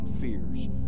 fears